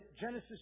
Genesis